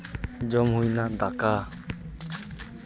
ᱡᱚᱢ ᱦᱩᱭ ᱮᱱᱟ ᱫᱟᱠᱟ